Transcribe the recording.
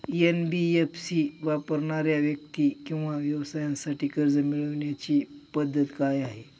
NBFC वापरणाऱ्या व्यक्ती किंवा व्यवसायांसाठी कर्ज मिळविण्याची पद्धत काय आहे?